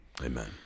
Amen